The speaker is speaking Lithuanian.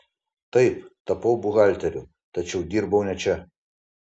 taip tapau buhalteriu tačiau dirbau ne čia